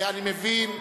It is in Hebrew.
אני מבין,